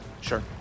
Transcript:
Sure